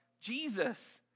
Jesus